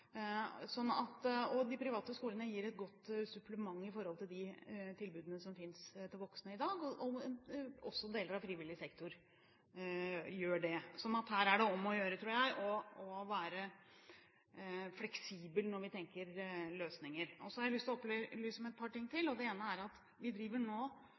De private skolene gir et godt supplement til de tilbudene som finnes for voksne i dag. Deler av frivillig sektor gjør også det. Her er det om å gjøre å være fleksibel når vi tenker på løsninger. Jeg har lyst til å opplyse om et par ting til. Det ene er at vi driver nå